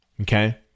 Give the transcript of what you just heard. Okay